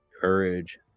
courage